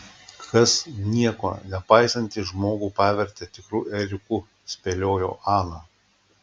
kas nieko nepaisantį žmogų pavertė tikru ėriuku spėliojo ana